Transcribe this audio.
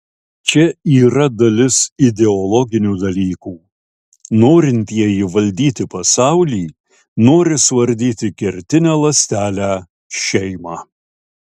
čia yra dalis ideologinių dalykų norintieji valdyti pasaulį nori suardyti kertinę ląstelę šeimą